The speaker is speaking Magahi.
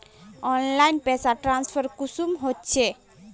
ऑनलाइन पैसा ट्रांसफर कुंसम होचे?